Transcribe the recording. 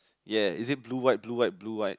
ya is it blue white blue white blue white